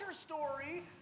story